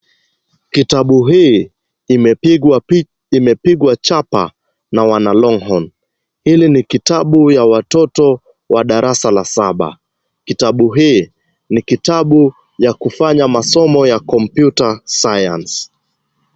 Kitabu hii imepigwa chapa na wana Longhorn. Hili ni kitabu ya watoto wa darasa la saba. Kitabu hii ni kitabu ya kufanya ya Kompyuta Science .